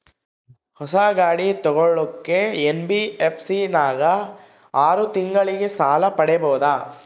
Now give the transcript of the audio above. ಹೊಸ ಗಾಡಿ ತೋಗೊಳಕ್ಕೆ ಎನ್.ಬಿ.ಎಫ್.ಸಿ ನಾಗ ಆರು ತಿಂಗಳಿಗೆ ಸಾಲ ಪಡೇಬೋದ?